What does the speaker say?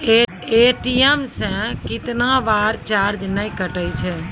ATM से कैतना बार चार्ज नैय कटै छै?